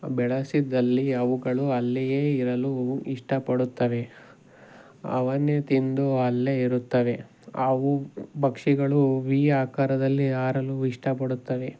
ಬೆಳೆಸಿದ್ದಲ್ಲಿ ಅವುಗಳು ಅಲ್ಲಿಯೇ ಇರಲು ಇಷ್ಟಪಡುತ್ತವೆ ಅವನ್ನೇ ತಿಂದು ಅಲ್ಲೇ ಇರುತ್ತವೆ ಅವು ಪಕ್ಷಿಗಳು ವಿ ಆಕಾರದಲ್ಲಿ ಹಾರಲು ಇಷ್ಟಪಡುತ್ತವೆ